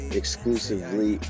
exclusively